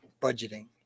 budgeting